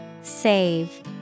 save